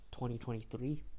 2023